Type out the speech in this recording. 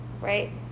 right